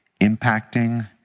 impacting